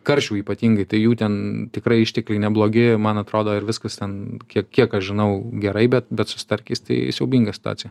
karšių ypatingai tai jų ten tikrai ištekliai neblogi man atrodo ir viskas ten kiek kiek aš žinau gerai bet bet su starkiais tai siaubinga situacija